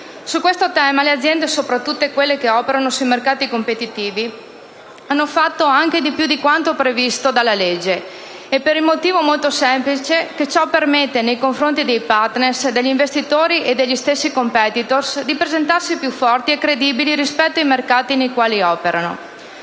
Su questo tema le aziende, soprattutto quelle che operano sui mercati competitivi, hanno fatto anche di più di quanto previsto dalla legge, per il motivo molto semplice che ciò permette, nei confronti dei *partner*, degli investitori, e degli stessi *competitor*, di presentarsi più forti e credibili rispetto ai mercati nei quali operano.